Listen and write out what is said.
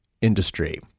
Industry